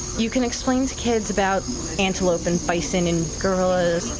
you can explain to kids about antelope and bison and gorillas,